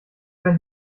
wenn